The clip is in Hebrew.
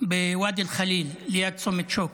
בוואדי אל-ח'ליל ליד צומת שוקת,